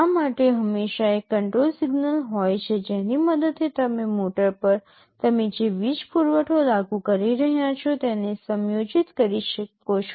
આ માટે હંમેશાં એક કંટ્રોલ સિગ્નલ હોય છે જેની મદદથી તમે મોટર પર તમે જે વીજ પુરવઠો લાગુ કરી રહ્યા છો તેને સમયોજિત કરી શકો છો